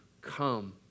come